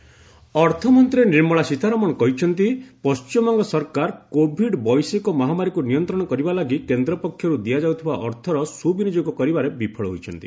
ସୀତାରମଣ ଡବ୍ଲବି କୋଭିଡ୍ ଅର୍ଥମନ୍ତ୍ରୀ ନିର୍ମଳା ସୀତାରମଣ କହିଛନ୍ତି ପଶ୍ଚିମବଙ୍ଗ ସରକାର କୋଭିଡ୍ ବୈଶ୍ୱିକ ମହାମାରୀକୁ ନିୟନ୍ତ୍ରଣ କରିବା ଲାଗି କେନ୍ଦ୍ର ପକ୍ଷରୁ ଦିଆଯାଉଥିବା ଅର୍ଥର ସୁବିନିଯୋଗ କରିବାରେ ବିଫଳ ହୋଇଛନ୍ତି